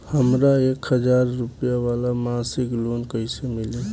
हमरा एक हज़ार रुपया वाला मासिक लोन कईसे मिली?